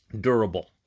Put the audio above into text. durable